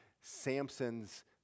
Samson's